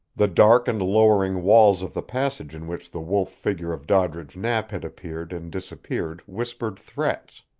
the dark and lowering walls of the passage in which the wolf figure of doddridge knapp had appeared and disappeared whispered threats.